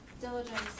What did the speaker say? diligence